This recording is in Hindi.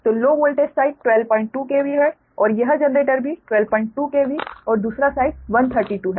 तो लो वोल्टेज साइड 122 KV है और यह जनरेटर भी 122 KV और दूसरा साइड 132 है